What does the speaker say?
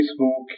Facebook